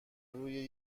روی